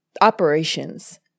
operations